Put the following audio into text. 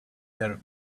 their